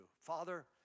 Father